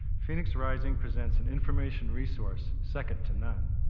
phoenix rising presents an information resource second to none.